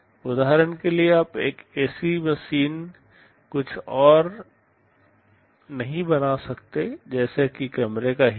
उदाहरण के लिए आप एक एसी मशीन कुछ और नहीं बना सकते जैसे कि कमरे का हीटर